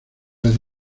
vez